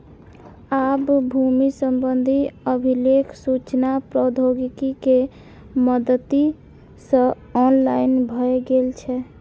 आब भूमि संबंधी अभिलेख सूचना प्रौद्योगिकी के मदति सं ऑनलाइन भए गेल छै